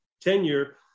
tenure